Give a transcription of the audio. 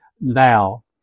now